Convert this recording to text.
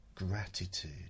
gratitude